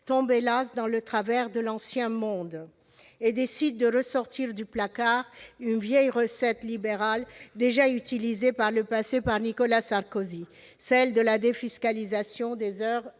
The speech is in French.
tombe dans les travers de l'« ancien monde » et décide de ressortir du placard une vieille recette libérale déjà utilisée par le passé par Nicolas Sarkozy, celle de la défiscalisation des heures